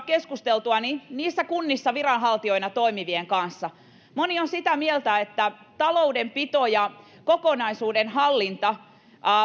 keskusteltuani kunnissa viranhaltijoina toimivien ammattilaisten kanssa heistä moni on sitä mieltä että taloudenpito ja kokonaisuuden hallinta